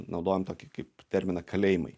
naudojam tokį kaip terminą kalėjimai